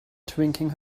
drinking